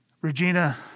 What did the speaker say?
Regina